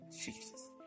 Jesus